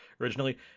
originally